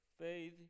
Faith